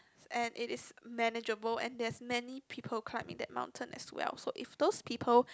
and it is manageable and there is many people climbing that mountain as well so if those people